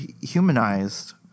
humanized